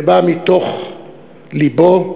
ובא מתוך לבו,